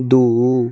दू